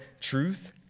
truth